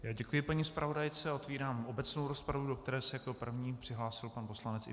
Já děkuji paní zpravodajce a otevírám obecnou rozpravu, do které se jako první přihlásil pan poslanec Ivan Pilný.